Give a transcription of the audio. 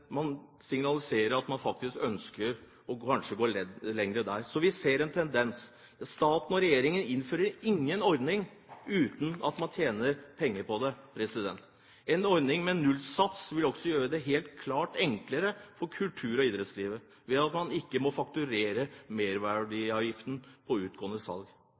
man signaliserer at man faktisk kanskje ønsker å gå lenger. Vi ser en tendens: Staten og regjeringen innfører ingen ordning uten at man tjener penger på det. En ordning med nullsats vil også helt klart gjøre det enklere for kultur- og idrettsliv ved at man ikke må fakturere merverdiavgiften på utgående salg.